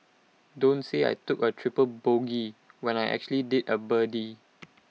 don't say I took A triple bogey when I actually did A birdie